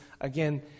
again